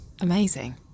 Amazing